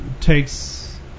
takes